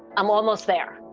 i'm almost there.